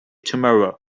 tomorrow